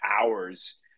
hours